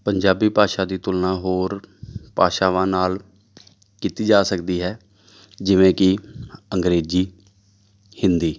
ਪੰਜਾਬੀ ਭਾਸ਼ਾ ਦੀ ਤੁਲਨਾ ਹੋਰ ਭਾਸ਼ਾਵਾਂ ਨਾਲ ਕੀਤੀ ਜਾ ਸਕਦੀ ਹੈ ਜਿਵੇਂ ਕਿ ਅੰਗਰੇਜ਼ੀ ਹਿੰਦੀ